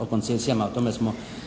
o koncesijama, o tome smo i